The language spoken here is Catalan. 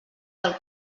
del